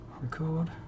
record